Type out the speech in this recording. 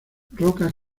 rocas